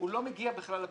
הוא לא מגיע בכלל לבטיחות.